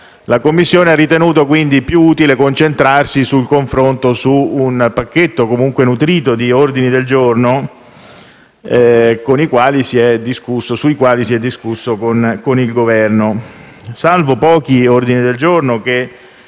la Commissione ha ritenuto, quindi, più utile concentrarsi sul confronto su un pacchetto, comunque nutrito, di ordini del giorno, sui quali si è discusso con il Governo. Salvo pochi ordini del giorno che